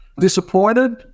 disappointed